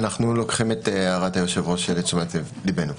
אנו לוקחים את הערת היושב-ראש לתשומת ליבנו.